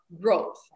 growth